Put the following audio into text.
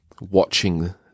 watching